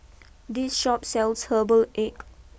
this Shop sells Herbal Egg